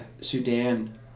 Sudan